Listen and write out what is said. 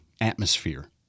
atmosphere